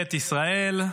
לממשלת ישראל,